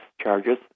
charges